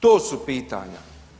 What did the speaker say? To su pitanja.